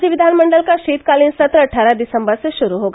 राज्य विधानमंडल का वीतकालीन सत्र अट्ठारह दिसम्बर से क्रिरू होगा